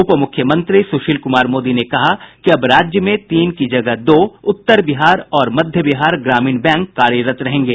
उप मुख्यमंत्री सुशील कुमार मोदी ने कहा कि अब राज्य में तीन की जगह दो उत्तर बिहार और मध्य बिहार ग्रामीण बैंक कार्यरत रहेंगे